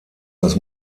das